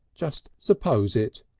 just suppose it!